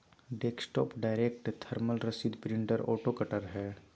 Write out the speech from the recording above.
desktop direct thermal रसीद printer auto cutter हइ